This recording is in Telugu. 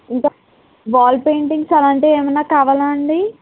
ఇంకా వాల్ పెయింటింగ్స్ అలాంటివి ఏమన్నా కావాలా అండి